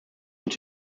und